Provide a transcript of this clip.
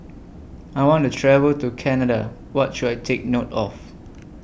I want to travel to Canada What should I Take note of